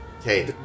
Okay